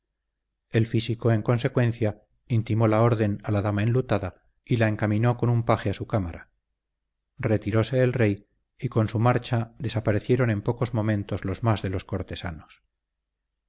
el físico en consecuencia intimó la orden a la dama enlutada y la encaminó con un paje a su cámara retiróse el rey y con su marcha desaparecieron en pocos momentos los más de los cortesanos